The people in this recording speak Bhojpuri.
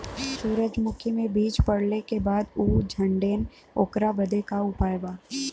सुरजमुखी मे बीज पड़ले के बाद ऊ झंडेन ओकरा बदे का उपाय बा?